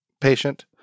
patient